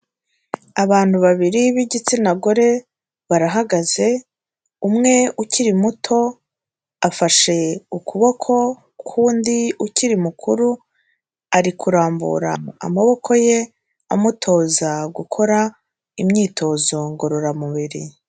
Abantu babiri b'igitsina gore barahagaze umwe ukiri muto afashe ukuboko k'undi ukiri mukuru ari kurambura amaboko ye amutoza gukora imyitozo ngororamubiri.